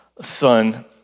son